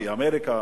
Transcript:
כי אמריקה,